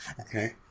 Okay